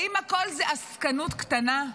האם הכול זה עסקנות קטנה?